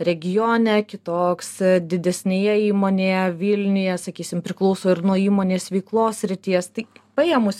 regione kitoks didesnėje įmonėje vilniuje sakysim priklauso ir nuo įmonės veiklos srities tai paėmus